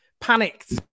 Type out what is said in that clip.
panicked